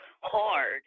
hard